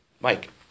Mike